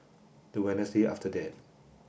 the after that